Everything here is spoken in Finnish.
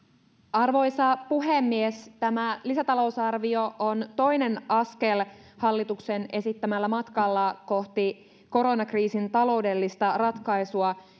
arvoisa puhemies tämä lisätalousarvio on toinen askel hallituksen esittämällä matkalla kohti koronakriisin taloudellista ratkaisua